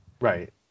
Right